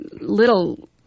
little